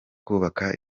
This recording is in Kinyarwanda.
kubaka